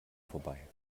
vorbei